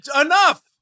enough